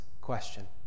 question